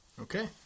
okay